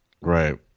Right